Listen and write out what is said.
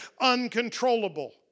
uncontrollable